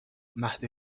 مهد